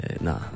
Nah